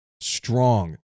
strong